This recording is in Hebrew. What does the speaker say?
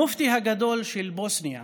המופתי הגדול של בוסניה